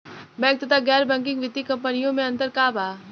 Bank तथा गैर banking वित्तीय कम्पनीयो मे अन्तर का बा?